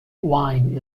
wine